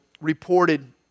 reported